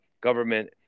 government